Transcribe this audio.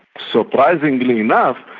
surprisingly enough,